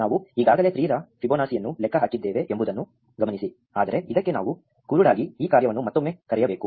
ನಾವು ಈಗಾಗಲೇ 3 ರ ಫಿಬೊನಾಕಿಯನ್ನು ಲೆಕ್ಕ ಹಾಕಿದ್ದೇವೆ ಎಂಬುದನ್ನು ಗಮನಿಸಿ ಆದರೆ ಇದಕ್ಕೆ ನಾವು ಕುರುಡಾಗಿ ಈ ಕಾರ್ಯವನ್ನು ಮತ್ತೊಮ್ಮೆ ಕರೆಯಬೇಕು